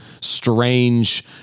strange